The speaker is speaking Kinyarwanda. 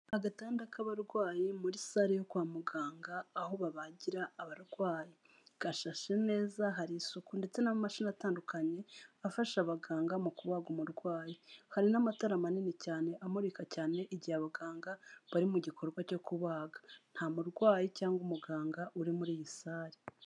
Agatanda k'abarwaye muri sale yo kwa muganga aho babagira abarwayi, gashashe neza hari isuku ndetse n'amamashani atandukanye afasha abaganga mu kubaga umurwayi hari n'amatara manini cyane amurika cyane igihe abaganga bari mu gikorwa cyo kubaga, abarwayi cyangwa umuganga uri muri iyi sale.